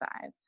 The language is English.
five